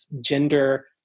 gender